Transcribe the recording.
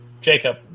Jacob